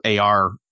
AR